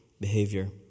behavior